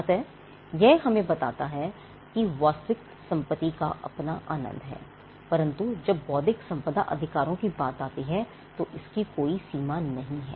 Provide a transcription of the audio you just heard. अतः यह हमें बताता है की वास्तविक संपत्ति का अपना आनंद है परंतु जब बौद्धिक संपदा अधिकारों की बात आती है तो इसकी कोई सीमा नहीं है